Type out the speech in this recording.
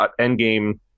endgame